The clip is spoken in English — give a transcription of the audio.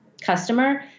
customer